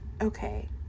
Okay